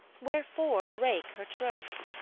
wherefore break her troth?